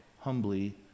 humbly